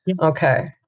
Okay